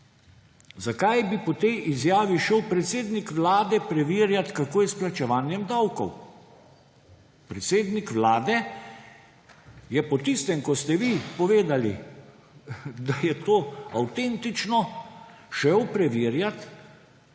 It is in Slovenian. zakaj bi po tej izjavi šel predsednik Vlade preverjat, kako je s plačevanjem davkov? Predsednik Vlade je po tistem, ko ste vi povedali, da je to avtentično, šel preverjat,